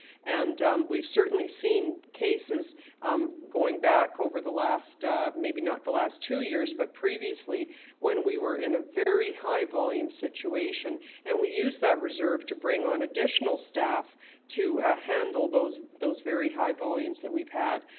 and we've certainly seen cases going back over the last maybe not the last two years, but previously when we were in a very high volume situation and we used that reserve to bring on additional staff to handle those those very high volumes that we've had,